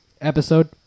episode